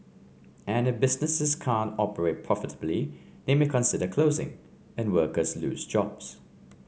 and if businesses can't operate profitably they may consider closing and workers lose jobs